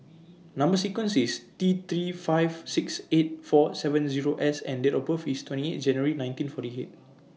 Number sequence IS T three five six eight four seven Zero S and Date of birth IS twenty eight January nineteen forty eight